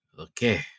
Okay